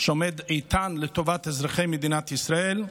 שעומד איתן לטובת אזרחי מדינת ישראל.